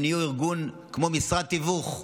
הם נהיו ארגון כמו משרד תיווך,